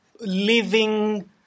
living